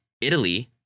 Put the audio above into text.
Italy